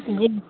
جی